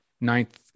ninth